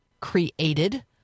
created